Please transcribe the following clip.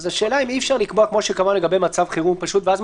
--- השאלה אם אי אפשר לקבוע כמו שקבענו לגבי מצב חירום פשוט ואז,